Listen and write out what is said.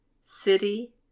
city